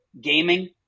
gaming